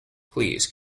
please